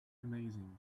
amazing